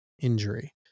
injury